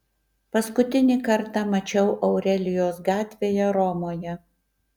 paskutinį kartą mačiau aurelijos gatvėje romoje